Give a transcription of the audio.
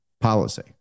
policy